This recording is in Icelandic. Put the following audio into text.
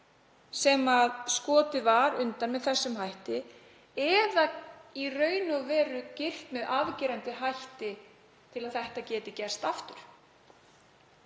sem skotið var undan með þessum hætti eða í raun og veru girt fyrir með afgerandi hætti að þetta geti gerst aftur.